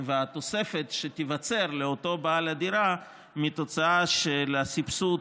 התוספת שתיווצר לאותו בעל הדירה כתוצאה של הסבסוד,